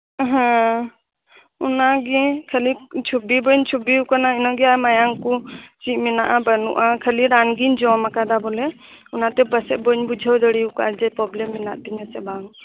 ᱦᱮᱸ ᱚᱱᱟᱜᱮ ᱠᱷᱟᱞᱤ ᱪᱷᱳᱵᱤ ᱵᱟᱹᱧ ᱪᱷᱳᱵᱤᱣᱟᱠᱟᱱᱟ ᱤᱱᱟᱹᱜᱮ ᱟᱨ ᱢᱟᱭᱟᱝ ᱠᱚ ᱪᱮᱫ ᱢᱮᱱᱟᱜᱼᱟ ᱵᱟᱱᱩᱜᱼᱟ ᱠᱷᱟᱞᱤ ᱨᱟᱱ ᱜᱤᱧ ᱡᱚᱢ ᱟᱠᱟᱫᱟ ᱵᱚᱞᱮ ᱚᱱᱟᱛᱮ ᱯᱟᱥᱮᱡ ᱵᱟᱹᱧ ᱵᱩᱡᱷᱟᱹᱣ ᱫᱟᱲᱮᱠᱟᱣ ᱠᱟᱜᱼᱟ ᱡᱮ ᱪᱮᱫ ᱯᱨᱚᱵᱽᱞᱮᱢ ᱢᱮᱱᱟᱜ ᱛᱤᱧᱟ ᱥᱮ ᱵᱟᱝ